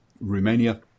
Romania